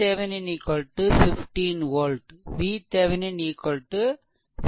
VThevenin 15 volt VThevenin 15 volt